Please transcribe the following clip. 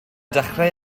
dechrau